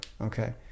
Okay